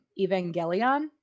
Evangelion